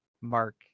mark